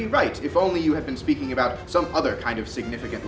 be right if only you had been speaking about some other kind of significant